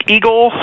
Eagle